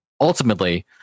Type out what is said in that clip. ultimately